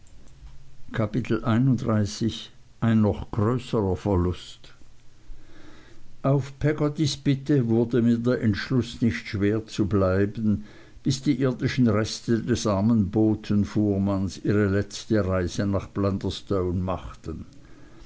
kapitel ein noch größerer verlust auf peggottys bitte wurde mir der entschluß nicht schwer zu bleiben bis die irdischen reste des armen botenfuhrmanns ihre letzte reise nach blunderstone machten